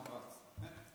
הזמן רץ.